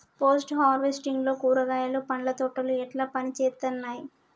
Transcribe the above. Post harvesting లో కూరగాయలు పండ్ల తోటలు ఎట్లా పనిచేత్తనయ్?